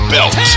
Belt